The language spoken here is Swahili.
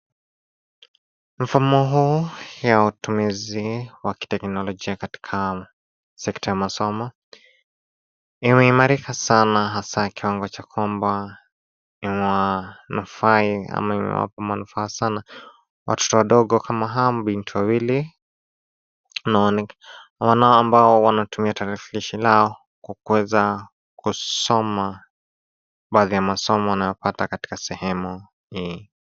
Mfumo huu ya utumizi wa kiteknolojia katika sekta ya masomo imeimarika sana haswa kiwango cha kwamba imewanufai ama imewapa manufaa sana watoto wadogo kama hawa mabinti wawili ambao wanaotumia tarakilishi lao kwa kuweza kusoma baadhi ya masomo wanayopata katika sehemu hii.